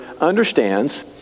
understands